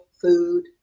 food